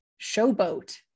Showboat